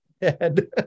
head